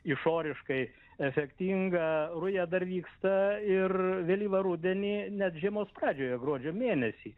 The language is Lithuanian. išoriškai efektinga ruja dar vyksta ir vėlyvą rudenį net žiemos pradžioje gruodžio mėnesį